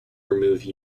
remove